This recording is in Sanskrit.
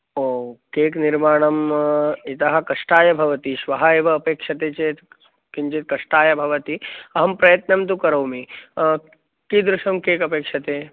ओ केक् निर्माणम् इतः कष्टाय भवति श्वः एव अपेक्षते चेत् किञ्चित् कष्टाय भवति अहं प्रयत्नं तु करोमि कीदृशं केक् अपेक्षते